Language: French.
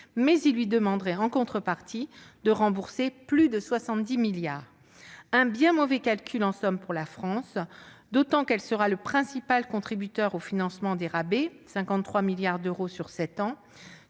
mais il lui demanderait, en contrepartie, de rembourser plus de 70 milliards d'euros. Un bien mauvais calcul, en somme, pour la France, qui sera en outre le principal contributeur au financement des rabais- 53 milliards d'euros sur sept ans